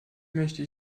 möchte